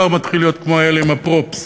חבר'ה אני כבר מתחיל להיות כמו האלה עם ה-props,